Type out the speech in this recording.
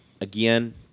again